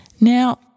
Now